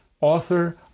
author